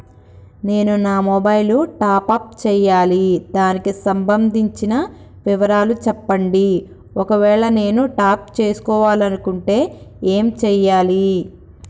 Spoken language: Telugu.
నేను నా మొబైలు టాప్ అప్ చేయాలి దానికి సంబంధించిన వివరాలు చెప్పండి ఒకవేళ నేను టాప్ చేసుకోవాలనుకుంటే ఏం చేయాలి?